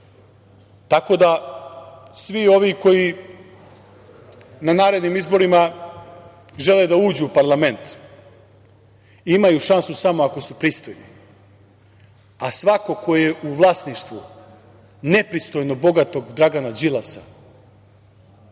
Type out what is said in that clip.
da, svi ovi koji na narednim izborima žele da uđu u parlament, imaju šansu samo ako su pristojni, a svako ko je u vlasništvu nepristojno bogatog Dragana Đilasa